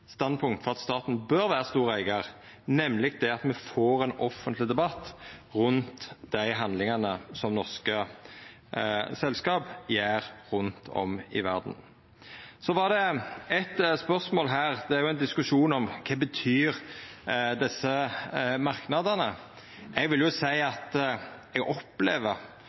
for at staten bør vera stor eigar, nemleg det at me får ein offentleg debatt rundt dei handlingane som norske selskap gjer rundt om i verda. Så var det eit spørsmål her – det er ein diskusjon om kva desse merknadene betyr. Eg vil seia at eg opplever